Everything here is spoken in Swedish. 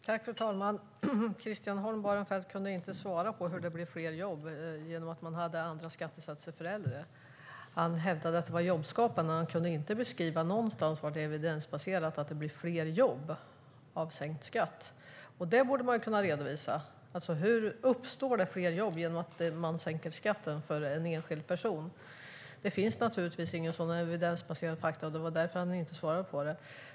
Fru talman! Christian Holm Barenfeld kunde inte svara på hur det blir fler jobb genom andra skattesatser för äldre. Han hävdade att det var jobbskapande, men kunde inte beskriva var någonstans det är evidensbaserat att det blir fler jobb av sänkt skatt. Det borde man kunna redovisa. Hur uppstår det fler jobb genom att man sänker skatten för en enskild person? Det finns naturligtvis inga sådana evidensbaserade fakta, och det var därför han inte svarade på det.